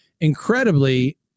incredibly